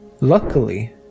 luckily